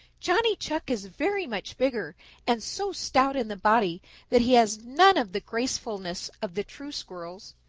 johnny chuck is very much bigger and so stout in the body that he has none of the gracefulness of the true squirrels.